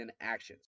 actions